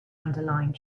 underlying